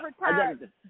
retired